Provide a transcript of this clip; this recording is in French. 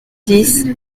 dix